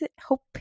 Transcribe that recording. hope